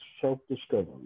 self-discovery